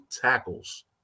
tackles